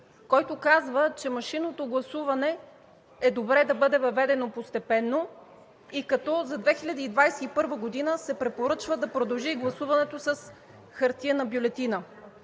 който казва, че машинното гласуване е добре да бъде въведено постепенно, като и за 2021 г. се препоръчва да продължи гласуването с хартиена бюлетина.